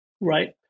right